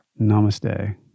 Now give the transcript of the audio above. Namaste